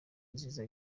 nziza